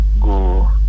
go